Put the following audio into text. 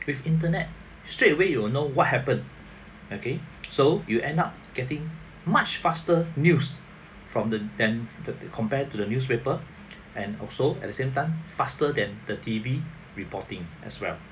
with internet straight away you will know what happened okay so you end up getting much faster news from the~ than the~ compared to the newspaper and also at the same time faster than the T_V reporting as well